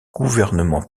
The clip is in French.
gouvernements